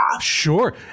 Sure